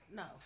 no